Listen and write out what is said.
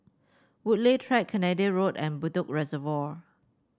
Woodleigh Track Canada Road and Bedok Reservoir